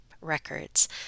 Records